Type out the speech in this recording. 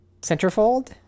centerfold